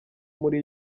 muri